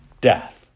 death